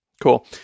Cool